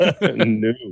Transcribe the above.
No